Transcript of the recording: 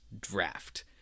draft